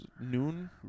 noon